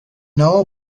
know